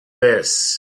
this